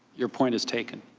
your point is taken.